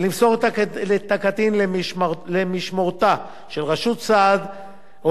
ולמסור את הקטין למשמורתה של רשות סעד או